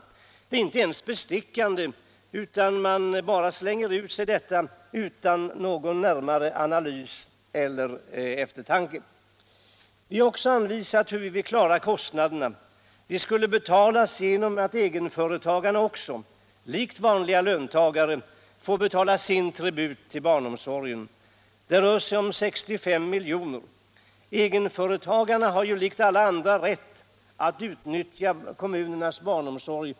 Det är inte ens bestickande, utan man bara slänger ur sig detta utan någon närmare analys eller eftertanke. Vi har också anvisat hur vi vill klara kostnaderna. De skulle betalas genom att egenföretagarna också — likt vanliga löntagare — får betala sin tribut till barnomsorgen. Det rör sig om 65 miljoner. Egenföretagarna har ju likt alla andra rätt att utnyttja kommunernas barnomsorg.